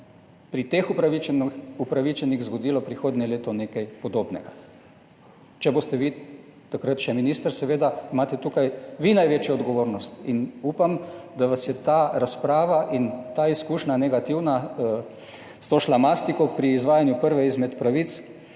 upravičenih zgodilo prihodnje leto nekaj podobnega. Če boste vi takrat še minister, seveda imate tukaj vi največjo odgovornost in upam, da vas je ta razprava in ta izkušnja negativna s to šlamastiko pri izvajanju prve izmed pravic